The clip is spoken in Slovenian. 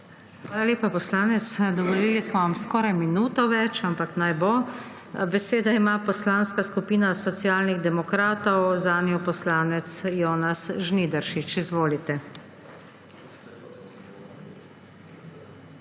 Hvala lepa, poslanec. Dovolili smo vam skoraj minuto več, ampak naj bo. Besedo ima Poslanska skupina Socialnih demokratov, zanjo poslanec Jonas Žnidaršič. Izvolite.